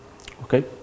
okay